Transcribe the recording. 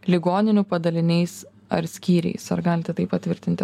ligoninių padaliniais ar skyriais ar galite tai patvirtinti